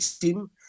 team